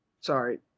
Sorry